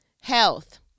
health